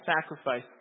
sacrifice